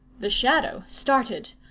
the shadow started,